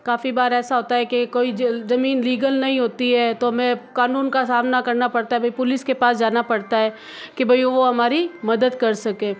काफ़ी बार ऐसा होता है कि कोई जो जमीन लीगल नही होती है तो हमें कानून का सामना करना पड़ता है कि भई पुलिस के पास जाना पड़ता है कि भई वो हमारी मदद कर सकें